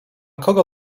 kogo